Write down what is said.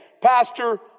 pastor